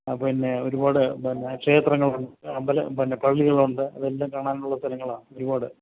അ പിന്നെ ഒരുപാട് പിന്നെ ക്ഷേത്രങ്ങളുണ്ട് അമ്പലം പിന്നെ പള്ളികളുണ്ട് അതെല്ലാം കാണാനുള്ള സ്ഥലങ്ങളാണ് ഒരുപാട്